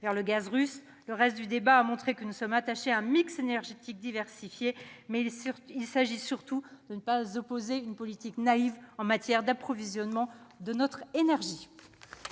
vers le gaz russe, le reste du débat ayant montré que nous sommes attachés à un mix énergétique diversifié. Il s'agit surtout d'appeler à ne pas conduire une politique naïve en matière d'approvisionnement de notre énergie.